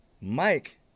Mike